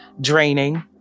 draining